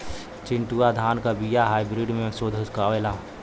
चिन्टूवा धान क बिया हाइब्रिड में शोधल आवेला?